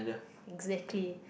exactly